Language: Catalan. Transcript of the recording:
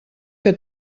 que